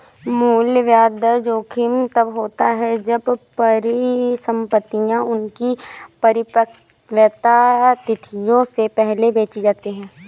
मूल्य ब्याज दर जोखिम तब होता है जब परिसंपतियाँ उनकी परिपक्वता तिथियों से पहले बेची जाती है